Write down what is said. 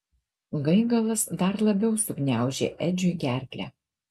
gaigalas dar labiau sugniaužė edžiui gerklę